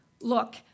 look